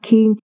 King